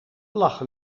lachen